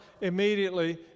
immediately